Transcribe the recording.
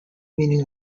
meaning